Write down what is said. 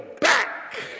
back